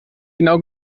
genau